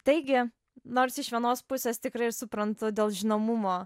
taigi nors iš vienos pusės tikrai aš suprantu dėl žinomumo